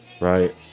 right